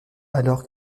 alors